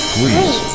Please